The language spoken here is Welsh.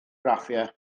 graffiau